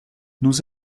nous